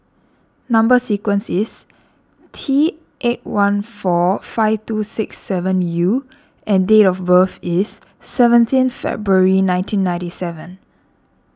Number Sequence is T eight one four five two six seven U and date of birth is seventeenth February nineteen ninety seven